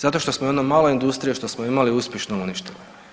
Zato što smo ono malo industrije što smo imali uspješnu uništili.